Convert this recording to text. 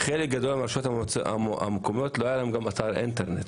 לחלק גדול מהרשויות המקומיות לא היה אתר אינטרנט